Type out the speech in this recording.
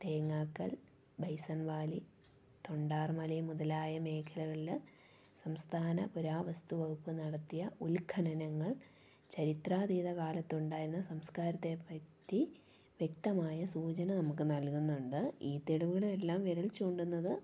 Thengakkal Bison Valley തൊണ്ടാർമലയും മുതലായ മേഖലകളില് സംസ്ഥാന പുരാവസ്തു വകുപ്പ് നടത്തിയ ഉൽഖനനങ്ങൾ ചരിത്രാതീത കാലത്തുണ്ടായിരുന്ന സംസ്കാരത്തെ പറ്റി വ്യക്തമായ സൂചന നമുക്ക് നല്കുന്നുണ്ട് ഈ തെളിവുകളെല്ലാം വിരൽ ചൂണ്ടുന്നത്